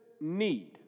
need